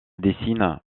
décines